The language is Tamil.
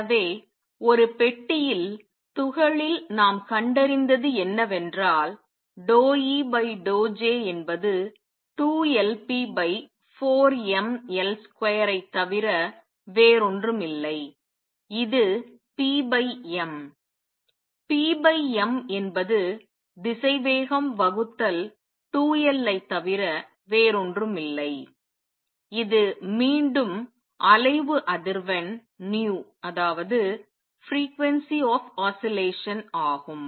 எனவே ஒரு பெட்டியில் துகளில் நாம் கண்டறிந்தது என்னவென்றால் ∂E∂J என்பது 2Lp4mL2 ஐ தவிர வேறொன்றுமில்லை இது p m p m என்பது திசைவேகம் வகுத்தல் 2L ஐ தவிர வேறொன்றுமில்லை இது மீண்டும் அலைவு அதிர்வெண் ஆகும்